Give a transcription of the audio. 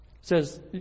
says